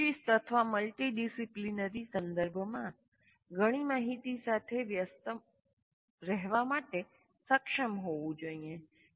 એક જ શિસ્ત અથવા મલ્ટિડિસિપ્પ્લિનરી સંદર્ભમાં ઘણી માહિતી સાથે વ્યસ્ત રહેવા માટે સક્ષમ હોવું જોઈએ